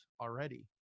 already